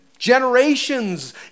generations